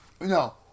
No